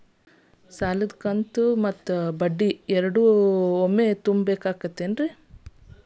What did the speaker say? ಸಾಲದ ಕಂತು ಮತ್ತ ಬಡ್ಡಿ ಎರಡು ಕೂಡ ಒಮ್ಮೆ ತುಂಬ ಬೇಕಾಗ್ ತೈತೇನ್ರಿ?